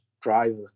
drive